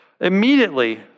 immediately